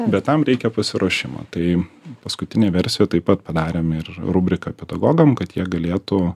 bet tam reikia pasiruošimo tai paskutinėj versijoj taip pat padarėm ir rubriką pedagogam kad jie galėtų